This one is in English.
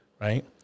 right